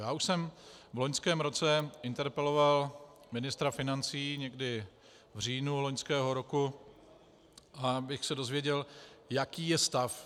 Já už jsem v loňském roce interpeloval ministra financí, někdy v říjnu loňského roku, abych se dozvěděl, jaký je stav.